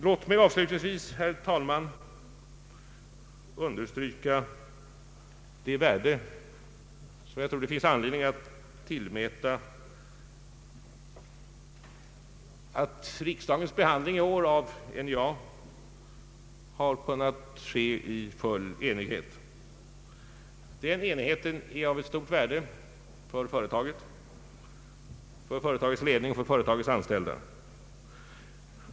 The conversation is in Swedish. Låt mig avslutningsvis, herr talman, understryka det värde som enligt min mening bör tillmätas det förhållandet att riksdagens behandling i år av frågan om NJA kunnat ske i full enighet. Denna enighet är av stort värde för företagets ledning och anställda.